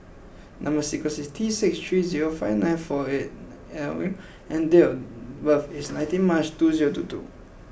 number sequence is T six three zero five nine four eight and date of birth is nineteen March two zero two two